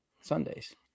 Sundays